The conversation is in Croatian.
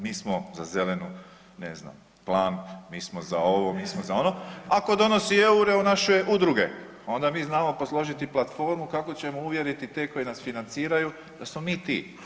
Mi smo za zeleni ne znam plan, mi smo za ovo, mi smo za ono ako donosi eure u naše udruge, onda mi znamo posložiti platformu kako ćemo uvjeriti te koji nas financiraju da smo mi ti.